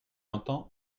entend